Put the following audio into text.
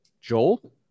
joel